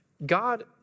God